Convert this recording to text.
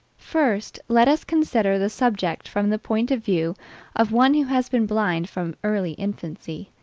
first, let us consider the subject from the point of view of one who has been blind from early infancy,